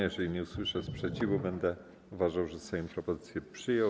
Jeżeli nie usłyszę sprzeciwu, będę uważał, że Sejm propozycję przyjął.